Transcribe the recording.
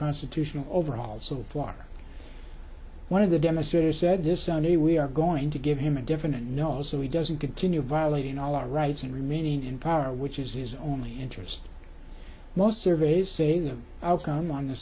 constitutional overall so far one of the demonstrators said this sunday we are going to give him a definite no so he doesn't continue violating all our rights and remaining in power which is his only interest most surveys say the outcome on